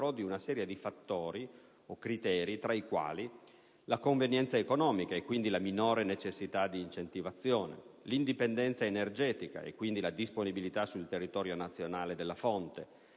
di una serie di fattori o criteri tra i quali la convenienza economica, e quindi la minore necessità di incentivazione, l'indipendenza energetica, e quindi la disponibilità sul territorio nazionale della fonte,